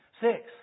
Six